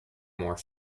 more